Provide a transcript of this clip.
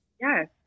Yes